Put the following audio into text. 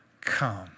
come